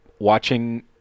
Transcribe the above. watching